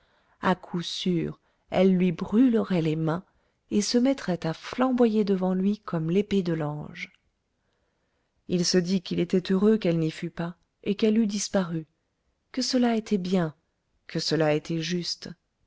à coup sûr elle lui brûlerait les mains et se mettrait à flamboyer devant lui comme l'épée de l'ange il se dit qu'il était heureux qu'elle n'y fût pas et qu'elle eût disparu que cela était bien que cela était juste